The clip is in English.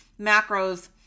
macros